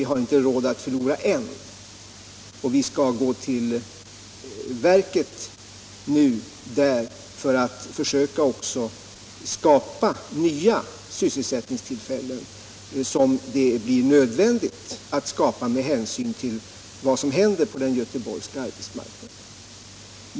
Vi har inte råd att förlora en enda, och vi skall också nu gå till verket och försöka skapa de nya sysselsättningstillfällen som är nödvändiga med hänsyn till vad som händer på den göteborgska arbetsmarknaden.